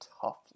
tough